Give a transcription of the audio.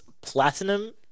Platinum